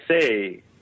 say